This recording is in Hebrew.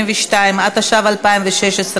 172), התשע"ו 2016,